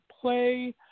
play